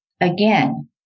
Again